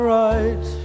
right